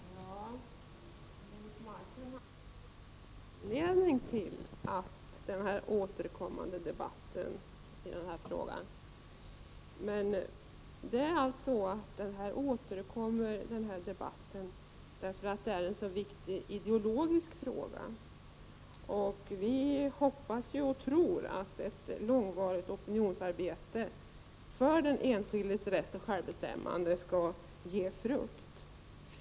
Herr talman! Leif Marklund såg ingen anledning till den återkommande debatten i den här frågan. Men debatten återkommer därför att det rör sig om en så viktig ideologisk fråga. Vi hoppas och tror att ett långvarigt opinionsarbete för den enskildes rätt till självbestämmande skall ge frukt.